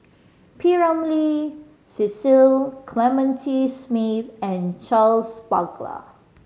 P Ramlee Cecil Clementi Smith and Charles Paglar